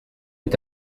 est